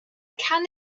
can